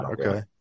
Okay